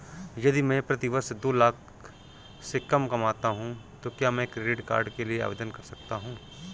यदि मैं प्रति वर्ष दो लाख से कम कमाता हूँ तो क्या मैं क्रेडिट कार्ड के लिए आवेदन कर सकता हूँ?